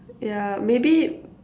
ya maybe